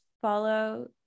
follow